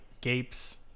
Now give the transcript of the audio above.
gapes